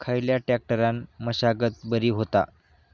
खयल्या ट्रॅक्टरान मशागत बरी होता?